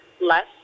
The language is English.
less